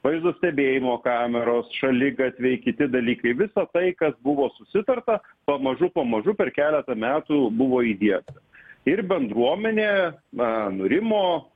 vaizdo stebėjimo kameros šaligatviai kiti dalykai visa tai kas buvo susitarta pamažu pamažu per keletą metų buvo įdėta ir bendruomenė na nurimo